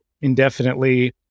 indefinitely